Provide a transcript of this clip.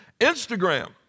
Instagram